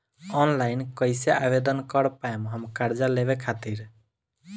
Online कइसे आवेदन कर पाएम हम कर्जा लेवे खातिर?